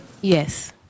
Yes